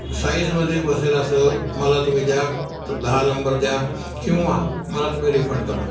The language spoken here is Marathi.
साईजमध्ये बसेल असं मला तुम्ही द्या तर दहा नंबर द्या किंवा मला तुम्ही रिफंड करा